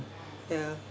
ya